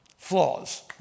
Flaws